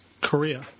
Korea